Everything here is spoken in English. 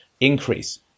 increase